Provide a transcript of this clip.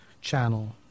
channel